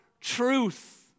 truth